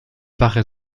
wache